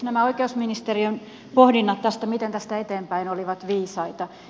nämä oikeusministeriön pohdinnat tästä miten tästä eteenpäin olivat viisaita